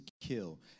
kill